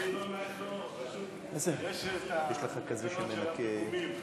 פשוט יש תקנות הביטולים,